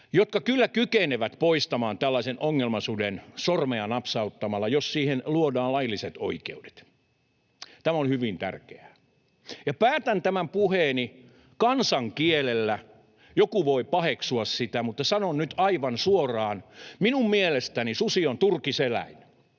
jotka kyllä kykenevät poistamaan tällaisen ongelmasuden sormia napsauttamalla, jos siihen luodaan lailliset oikeudet. Tämä on hyvin tärkeää. Päätän tämän puheeni kansankielellä — joku voi paheksua sitä, mutta sanon nyt aivan suoraan. Minun mielestäni susi on turkiseläin.